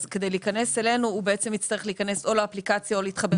כדי להיכנס אלינו הוא בעצם יצטרך להיכנס או לאפליקציה או להתחבר.